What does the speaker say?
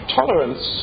tolerance